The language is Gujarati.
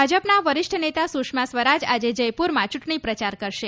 ભાજપના વરિષ્ઠ નેતા સુષ્મા સ્વરાજ આજે જયપુરમાં ચૂંટણી પ્રચાર કરશે